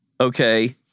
okay